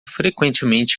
frequentemente